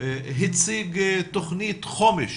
הציג תוכנית חומש